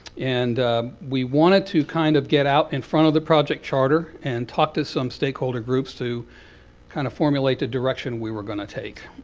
and we wanted to kind of get out in front of the project charter and talk to some stakeholder groups, to kind of formulate a direction we were going to take.